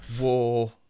War